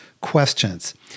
questions